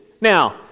Now